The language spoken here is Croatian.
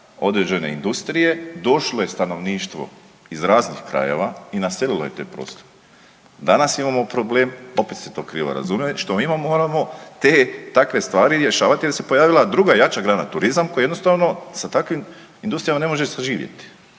određene industrije, došlo je stanovništvo iz raznih krajeva i naselilo je te prostore. Danas imamo problem, opet ste to krivo razumjeli, što mi moramo te i takve stvari rješavati jer se pojavila druga i jača grana turizam koji jednostavno sa takvim industrijama ne može saživjeti.